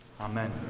Amen